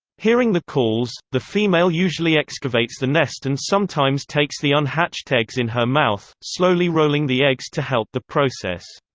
hearing the calls, the female usually excavates the nest and sometimes takes the unhatched eggs in her mouth, slowly rolling the eggs to help the process.